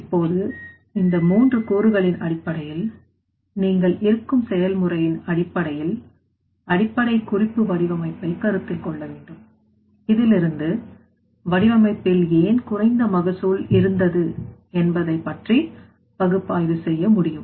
இப்போது இந்த மூன்று கூறுகளின் அடிப்படையில் நீங்கள் இருக்கும் செயல் முறையின் அடிப்படையில் அடிப்படை குறிப்பு வடிவமைப்பை கருத்தில் கொள்ள வேண்டும் இதிலிருந்து வடிவமைப்பில் ஏன் குறைந்த மகசூல் இருந்தது என்பதைப் பற்றி பகுப்பாய்வு செய்ய முடியும்